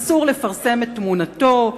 אסור לפרסם את תמונתו,